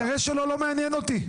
האינטרס שלו לא מעניין אותי.